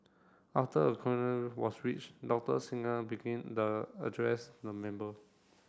after a quorum was reached Doctor Singh began the address the member